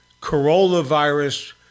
coronavirus